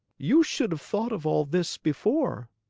you should have thought of all this before.